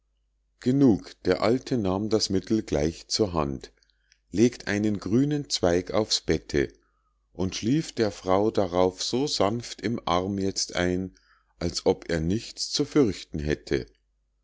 genug der alte nahm das mittel gleich zur hand legt einen grünen zweig auf's bette und schlief der frau darauf so sanft im arm jetzt ein als ob er nichts zu fürchten hätte